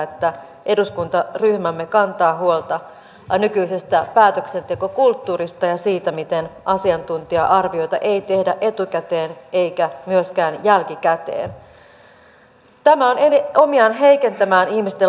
edustaja mustajärvi kysyi myös afganistanin tilanteesta ja sanoi että siellä ei ole saavutettu pysyviä tuloksia ja kysyi mikä on tilanne